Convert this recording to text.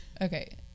Okay